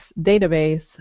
database